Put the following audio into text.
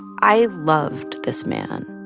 i loved this man.